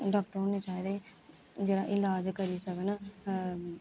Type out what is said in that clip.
doctor होने चाहिदे जेह्ड़ा ईलाज करी सकन